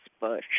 bush